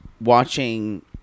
watching